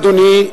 אדוני,